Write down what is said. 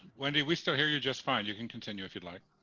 wendy, we still hear you just fine. you can continue if you'd like.